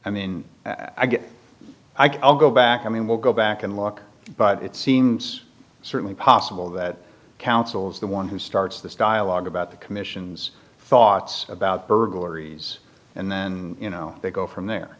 i mean i guess i'll go back i mean we'll go back and look but it seems certainly possible that council is the one who starts this dialogue about the commission's thoughts about burglaries and then you know they go from there